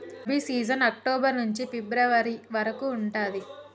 rabi season October నుంచి February వరకు ఉంటది